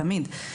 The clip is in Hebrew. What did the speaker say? תמיד,